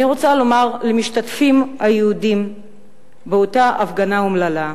אני רוצה לומר למשתתפים היהודים באותה הפגנה אומללה: